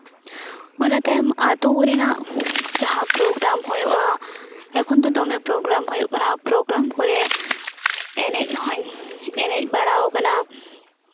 ᱚᱱᱟ ᱛᱟᱭᱚᱢ ᱟᱛᱳ ᱠᱚᱨᱮᱱᱟᱜ ᱡᱟᱦᱟᱸ ᱯᱨᱳᱜᱨᱟᱢ ᱦᱩᱭᱩᱜᱼᱟ ᱮᱠᱷᱚᱱ ᱛᱚ ᱫᱚᱢᱮ ᱯᱨᱳᱜᱨᱟᱢ ᱦᱩᱭᱩᱜ ᱠᱟᱱᱟ ᱯᱨᱳᱜᱨᱟᱢ ᱠᱚᱨᱮ ᱮᱱᱮᱡ ᱦᱩᱧ ᱮᱱᱮᱡ ᱵᱟᱲᱟᱣᱟᱠᱟᱱᱟ